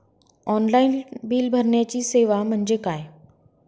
Online bill भरण्याची सेवा म्हणजे काय?